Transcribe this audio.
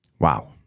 Wow